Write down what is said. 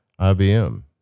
IBM